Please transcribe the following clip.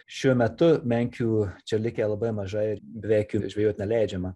šiuo metu menkių čia likę labai mažai ir beveik jų žvejot neleidžiama